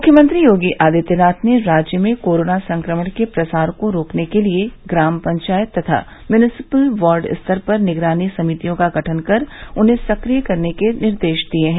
मुख्यमंत्री योगी आदित्यनाथ ने राज्य में कोरोना संक्रमण के प्रसार को रोकने के लिए ग्राम पंचायत तथा म्यूनिस्पिल वार्ड स्तर पर निगरानी समितियों का गठन कर उन्हें सक्रिय करने के निर्देश दिये हैं